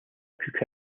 cook